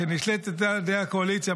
שנשלטת על ידי הקואליציה,